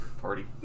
party